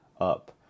up